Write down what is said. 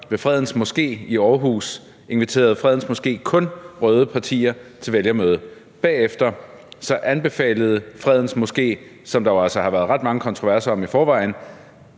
Fredens Moské i Aarhus kun røde partier til vælgermøde. Bagefter anbefalede Fredens Moské, som der jo altså har været ret mange kontroverser om i forvejen,